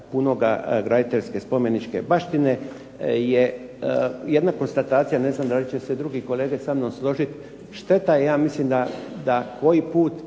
punoga graditeljske spomeničke baštine je jedna konstatacija, ne znam da li će se drugi kolege samnom složiti, šteta je ja mislim da koji put